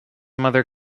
mother